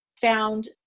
found